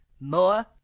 more